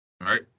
right